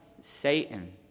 Satan